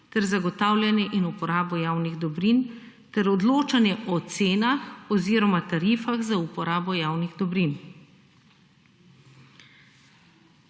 ter zagotavljanje in uporabo javnih dobrin ter odločanje o cenah oziroma tarifah za uporabo javnih dobrin.